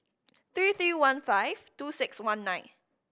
three three one five two six one nine